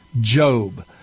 Job